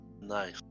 Nice